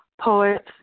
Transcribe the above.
poets